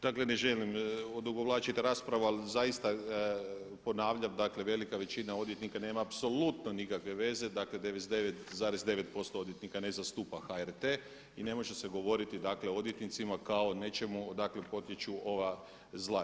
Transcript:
Dakle ne želim odugovlačiti raspravu ali zaista ponavljam dakle velika većina odvjetnika nema apsolutno nikakve veze, dakle 99,9% odvjetnika ne zastupa HRT i ne može se govoriti dakle o odvjetnicima kao nečemu, dakle potiču ova zla.